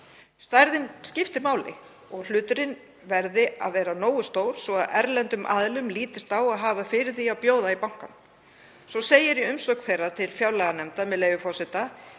Stærðin skipti máli og hluturinn verði að vera nógu stór svo erlendum aðilum lítist á að hafa fyrir því að bjóða í bankann. Svo segir í umsögn Kauphallarinnar til fjárlaganefndar, með leyfi forseta: